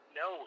no